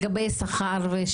זה בעיה מאוד גדולה.